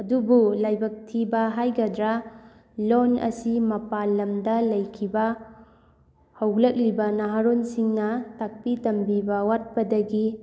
ꯑꯗꯨꯕꯨ ꯂꯥꯏꯕꯛ ꯊꯤꯕ ꯍꯥꯏꯒꯗ꯭ꯔꯥ ꯂꯣꯜ ꯑꯁꯤ ꯃꯄꯥꯟ ꯂꯝꯗ ꯂꯩꯈꯤꯕ ꯍꯧꯒꯠꯂꯛꯂꯤꯕ ꯅꯍꯥꯔꯣꯜꯁꯤꯡꯅ ꯇꯥꯛꯄꯤ ꯇꯝꯕꯤꯕ ꯋꯥꯠꯄꯗꯒꯤ